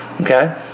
okay